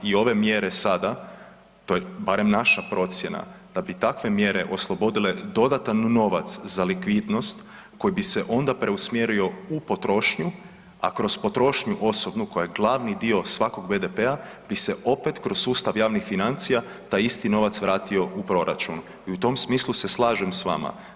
I ove mjere sada, to je barem naša procjena, da bi takve mjere oslobodile dodatan novac za likvidnost koji bi se onda preusmjerio u potrošnju, a kroz potrošnju osobnu koja je glavni dio svakog BDP-a bi se opet kroz sustav javnih financija taj isti novac vratio u proračun i u tom smislu se slažem s vama.